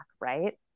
right